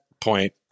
point